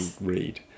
read